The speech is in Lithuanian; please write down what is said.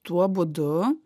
tuo būdu